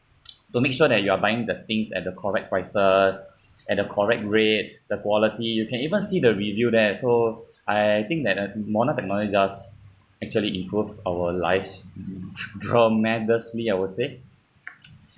to make sure that you are buying the things at the correct prices at the correct rate the quality you can even see the review there so I think that uh m~ modern technology just actually improved our lives t~ tre~ tremendously I will say